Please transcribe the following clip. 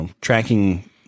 tracking